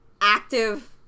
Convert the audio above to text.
active